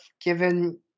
given